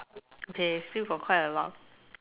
they still got quite a lot